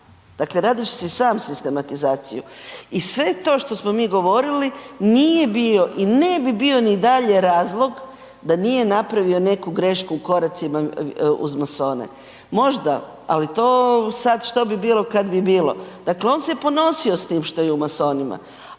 dakle radiš si sam sistematizaciju. I sve to što smo mi govorili nije bio i ne bi bio ni dalje razlog da nije napravio neku grešku u koracima uz masone. Možda, ali to sada što bi bilo kad bi bilo. Dakle, on se ponosio s tim što je masonima,